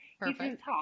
Perfect